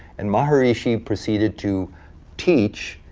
and maharishi proceeded to teach,